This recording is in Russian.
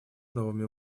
новыми